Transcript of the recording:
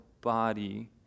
body